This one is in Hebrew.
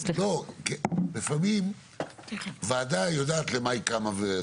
לפעמים ועדה יודעת למה היא קמה,